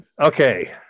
Okay